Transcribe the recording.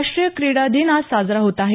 राष्ट्रीय क्रीडा दिन आज साजरा होत आहे